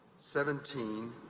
seventeen,